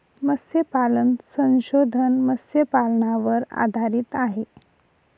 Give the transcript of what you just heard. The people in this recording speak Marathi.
मत्स्यपालन संशोधन मत्स्यपालनावर आधारित आहे